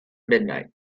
midnight